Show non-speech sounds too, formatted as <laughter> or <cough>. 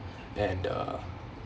<breath> and the